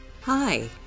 Hi